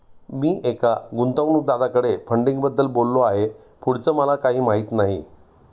मी एका गुंतवणूकदाराकडे फंडिंगबद्दल बोललो आहे, पुढचं मला काही माहित नाही